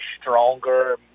stronger